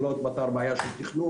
שלא פתר את הבעיה של תכנון,